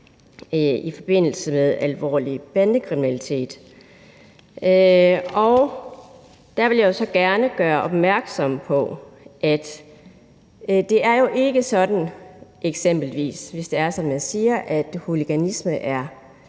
i forbindelse med alvorlig bandekriminalitet. Og der vil jeg gerne gøre opmærksom på, at det jo ikke er sådan – hvis det er, som jeg siger, at hooliganisme er